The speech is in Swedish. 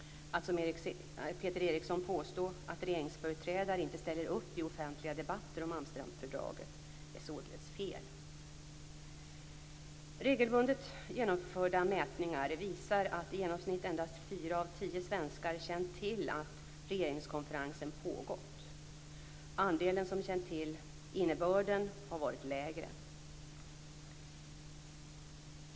Att som Peter Eriksson påstå att regeringsföreträdare inte ställer upp i offentliga debater om Amsterdamfördraget är således fel. Regelbundet genomförda mätningar visar att i genomsnitt endast fyra av tio svenskar känt till att regeringskonferensen pågått. Andelen som känt till innebörden har varit lägre.